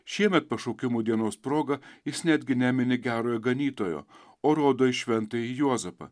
šiemet pašaukimų dienos proga jis netgi nemini gerojo ganytojo o rodo į šventąjį juozapą